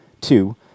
two